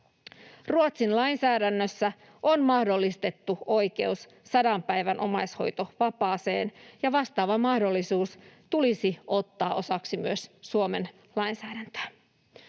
Ruotsin lainsäädännössä on mahdollistettu oikeus 100 päivän omaishoitovapaaseen, ja vastaava mahdollisuus tulisi ottaa osaksi myös Suomen lainsäädäntöä.